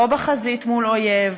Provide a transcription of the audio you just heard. לא בחזית מול אויב,